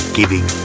giving